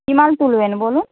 কী মাল তুলবেন বলুন